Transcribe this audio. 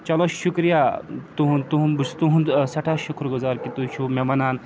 چلو شُکریہ تُہُنٛد تُہُنٛد بہٕ چھُس تُہُنٛد سٮ۪ٹھاہ شُکُر گُزار کہِ تُہۍ چھُو مےٚ وَنان